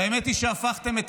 והאמת היא שהפכתם את